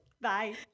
Bye